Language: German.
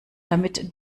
damit